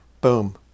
boom